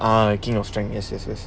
ah king of strength yes yes yes